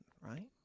right